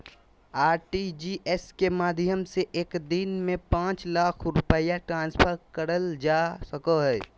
RTGS के माध्यम से एक दिन में पांच लाख रुपया ट्रांसफर करल जा सको हय